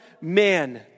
man